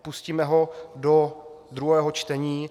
Pustíme ho do druhého čtení.